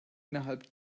innerhalb